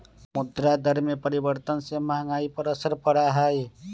मुद्रा दर में परिवर्तन से महंगाई पर असर पड़ा हई